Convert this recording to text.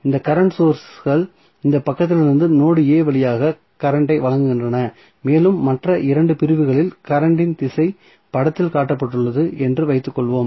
இந்த கரண்ட் சோர்ஸ்கள் இந்த பக்கத்திலிருந்து நோடு a வழியாக கரண்ட் ஐ வழங்குகின்றன மேலும் மற்ற 2 பிரிவுகளில் கரண்ட் இன் திசை படத்தில் காட்டப்பட்டுள்ளது என்று வைத்துக் கொள்வோம்